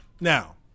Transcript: Now